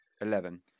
eleven